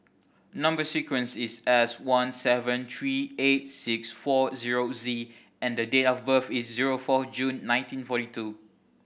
number sequence is S one seven three eight six four zero Z and the date of birth is zero four June nineteen forty two